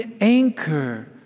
anchor